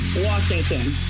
Washington